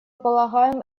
полагаем